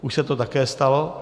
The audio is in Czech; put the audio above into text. Už se to také stalo.